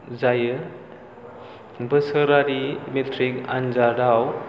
जायो बोसोरारि मेट्रिक आन्जादआव